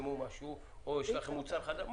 שתפרסמו משהו או אם יש לכם מוצר חדש שאני